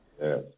Yes